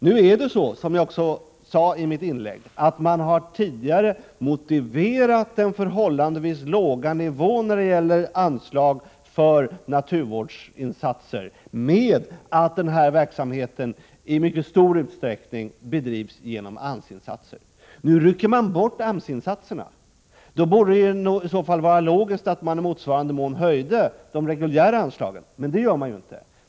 Som jag också sade i mitt tidigare inlägg har man förut motiverat den förhållandevis låga nivån på anslagen för naturvårdsinsatser med att denna verksamhet i mycket stor utsträckning bedrivs genom AMS-insatser. Nu rycker man bort AMS-insatserna. Då borde det vara logiskt att man i motsvarande mån höjde de reguljära anslagen. Men det gör man inte.